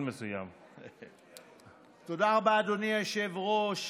תודה רבה, אדוני היושב-ראש.